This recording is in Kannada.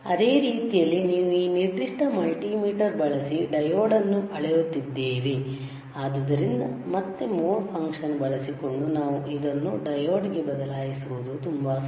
ಅದೇ ರೀತಿಯಲ್ಲಿ ನೀವು ಈ ನಿರ್ದಿಷ್ಟ ಮಲ್ಟಿಮೀಟರ್ ಬಳಸಿ ಡಯೋಡ್ ಅನ್ನು ಅಳೆಯುತ್ತಿದ್ದೇವೆ ಆದ್ದರಿಂದ ಮತ್ತೆ ಮೋಡ್ ಫಂಕ್ಷನ್ಬಳಸಿಕೊಂಡು ನಾವು ಅದನ್ನು ಡಯೋಡ್ಗೆ ಬದಲಾಯಿಸುವುದು ತುಂಬಾ ಸುಲಭ